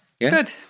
Good